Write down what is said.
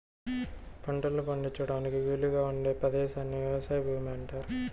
పంటలు పండించడానికి వీలుగా ఉండే పదేశాన్ని వ్యవసాయ భూమి అంటారు